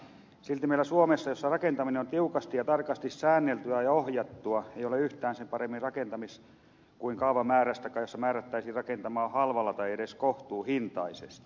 silti meillä suomessa jossa rakentaminen on tiukasti ja tarkasti säänneltyä ja ohjattua ei ole yhtään sen paremmin rakentamis kuin kaavamääräystäkään jossa määrättäisiin rakentamaan halvalla tai edes kohtuuhintaisesti